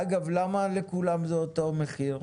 אגב, למה לכולם זה אותו המחיר?